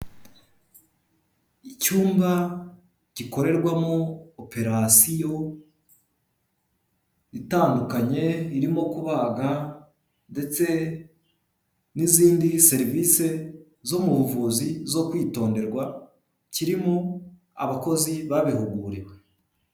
Icyumba gikorerwamo operasiyo itandukanye irimo kubaga ndetse n'izindi serivisi zo mu buvuzi zo kwitonderwa kirimo abakozi babihuguriwe.